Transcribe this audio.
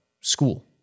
school